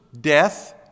death